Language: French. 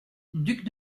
duc